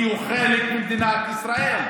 כי הוא חלק ממדינת ישראל.